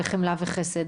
חמלה וחסד.